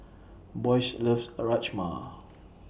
Boyce loves Rajma